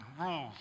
rules